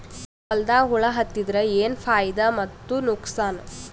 ಹೊಲದಾಗ ಹುಳ ಎತ್ತಿದರ ಏನ್ ಫಾಯಿದಾ ಮತ್ತು ನುಕಸಾನ?